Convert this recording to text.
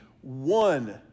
one